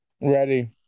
Ready